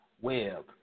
web